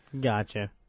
Gotcha